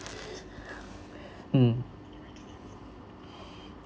mm